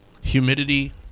Humidity